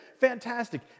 Fantastic